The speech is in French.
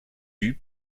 évolue